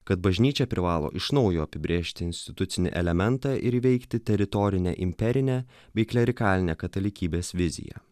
kad bažnyčia privalo iš naujo apibrėžti institucinį elementą ir įveikti teritorinę imperinę bei klerikalinę katalikybės viziją